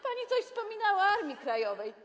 Pani coś wspominała o Armii Krajowej.